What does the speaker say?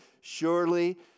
surely